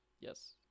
Yes